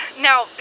Now